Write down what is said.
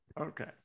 Okay